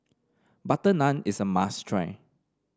butter naan is a must try